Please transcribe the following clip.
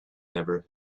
never